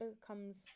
becomes